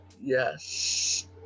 Yes